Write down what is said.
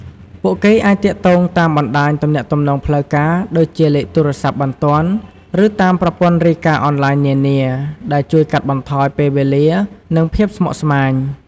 ពួកគេអាចទាក់ទងតាមរយបណ្តាញទំនាក់ទំនងផ្លូវការ ដូចជាលេខទូរស័ព្ទបន្ទាន់ ឬតាមប្រព័ន្ធរាយការណ៍អនឡាញនានា ដែលជួយកាត់បន្ថយពេលវេលា និងភាពស្មុគស្មាញ។